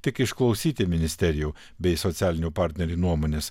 tik išklausyti ministerijų bei socialinių partnerių nuomonės